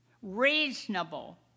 reasonable